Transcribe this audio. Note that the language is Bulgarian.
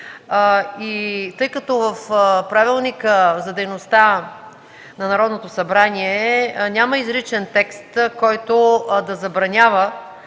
Тъй като в Правилника за организацията и дейността на Народното събрание няма изричен текст, който да забранява